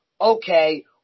okay